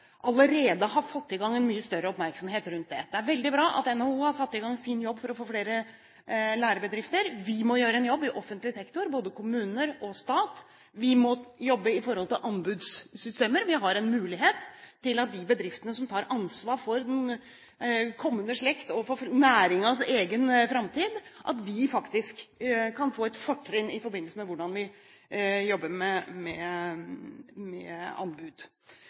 har fått en mye større oppmerksomhet rundt det. Det er veldig bra at NHO har satt i gang sin jobb for å få flere lærebedrifter. Vi må gjøre en jobb i offentlig sektor, både i kommuner og i staten. Vi må jobbe med anbudssystemer. Vi har en mulighet til at de bedriftene som tar ansvar for kommende slekt og for næringens egen framtid, faktisk kan få et fortrinn i forbindelse med hvordan vi jobber med